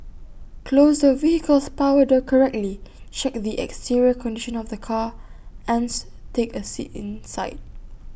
close the vehicle's power door correctly check the exterior condition of the car ans take A seat inside